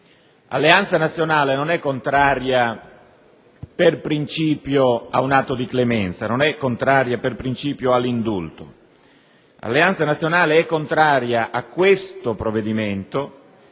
Alleanza Nazionale non è contraria per principio ad un atto di clemenza, non è contraria per principio all'indulto. Alleanza Nazionale è contraria a questo provvedimento,